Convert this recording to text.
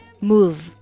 move